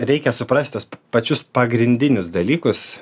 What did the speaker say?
reikia suprast tuos pačius pagrindinius dalykus